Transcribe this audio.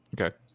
Okay